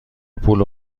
پول